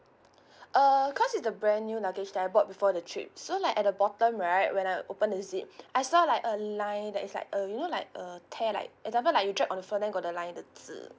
err cause is the brand new luggage that I bought before the trip so like at the bottom right when I opened the zip I saw like a line that is like uh you know like err tear like example like you drop on the floor then got the line the